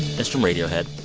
is from radiohead,